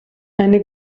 eine